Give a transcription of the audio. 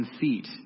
feet